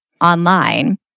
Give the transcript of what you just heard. online